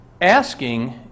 Asking